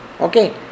Okay